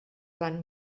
van